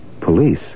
Police